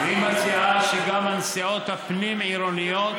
היא מציעה שגם הנסיעות הפנים-עירוניות.